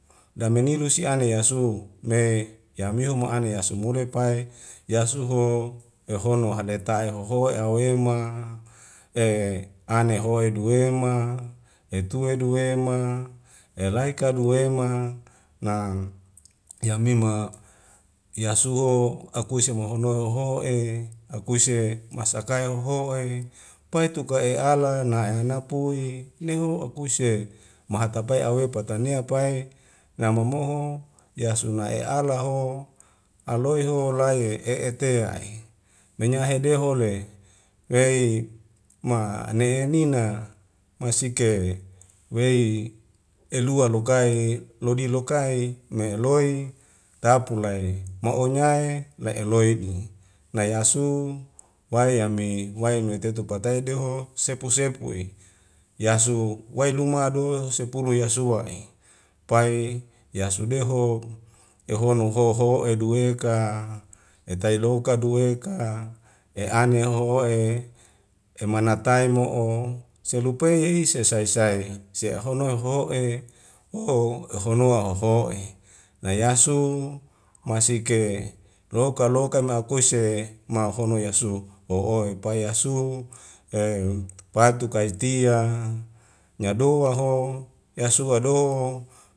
Damenilu si'ane ya su me yamiho ma'ane yasumule pai yasuhu yahono hade'ta'e hoho'e aweima e anehoe duwema etue duwema elaika luwema na yamima yasuho akuse mohono hoho'e akuise mas akai ro hohe paituka e ala nae ena pui nehu akuise mahatapai awei patanea pai nama moho yasuna'ea ala ho aloi ho lae ya e'e te a'i menyahede hole lei ma ne nina masike wei elua lukai lodi lokai me loi taku lai maonyae le'oloi mi nai asu wai ya mi wai metetu patai deho sepu sepu i yasu wailuma du sepulu yasua'i pai yasudeho ehono hoho'e duweka etai loka duweka e'ane hoho'e emana tai mo'o selupei i'i sesai sai se'ahono ho'e ho honoa o hoho'e nai asu masike loka loka meu akuse mahono yasu hoho'e pae yasu eum patukaitia nyadoa ho yasua do ho